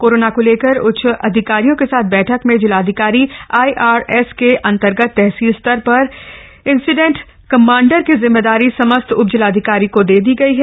corona को लेकर उच्च अधिकारियों के साथ बैठक में जिलाधिकारी ने आईआरएस के अंतर्गत तहसील स्तर पर इंसिडेंट कमांडर की जिम्मेदारी समस्त उप जिलाधिकारियों को दी है